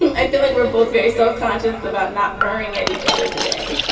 i feel like we're both very self-conscious about not purring at each other today.